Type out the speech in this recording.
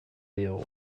diegu